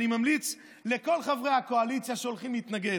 אני ממליץ לכל חברי הקואליציה שהולכים להתנגד: